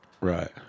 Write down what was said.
Right